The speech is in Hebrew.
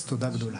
אז תודה גדולה.